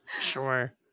Sure